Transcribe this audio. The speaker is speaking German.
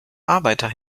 arbeiter